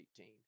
18